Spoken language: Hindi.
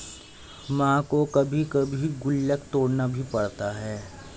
मां को कभी कभी गुल्लक तोड़ना भी पड़ता है